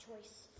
choice